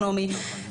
אסטרונומי,